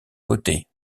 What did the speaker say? côtés